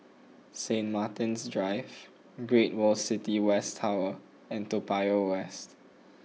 Saint Martin's Drive Great World City West Tower and Toa Payoh West